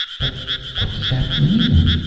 but what does that mean?